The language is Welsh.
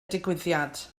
digwyddiad